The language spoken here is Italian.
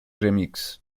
remix